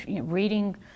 reading